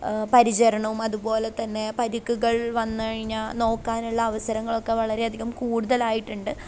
പരിചരണവും അതുപോലെതന്നെ പരിക്കുകൾ വന്നു കഴിഞ്ഞ നോക്കാനുള്ള അസരങ്ങളൊക്കെ വളരേയധികം കൂടുതലായിട്ടുണ്ട്